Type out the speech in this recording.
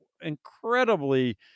incredibly